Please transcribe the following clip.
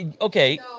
Okay